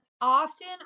often